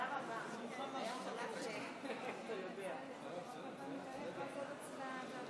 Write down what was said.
התש"ף 2020, לא נתקבלה.